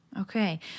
Okay